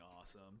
awesome